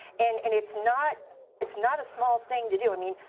and and it's not it's not a small thing to do. i mean,